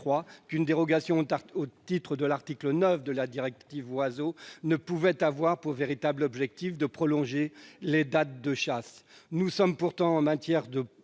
qu'une dérogation au titre de l'article 9 de la directive Oiseaux ne pouvait avoir pour véritable objectif de prolonger les dates de chasse. Nous sommes pourtant, en matière de